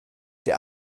der